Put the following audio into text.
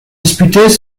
disputées